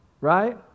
right